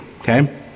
okay